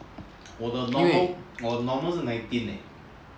我的 normal 是 nineteen eh